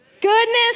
Goodness